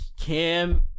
Cam